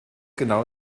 genau